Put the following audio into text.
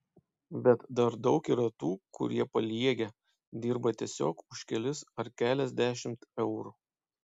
bet dar daug yra tų kurie paliegę dirba tiesiog už kelis ar keliasdešimt eurų